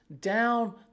down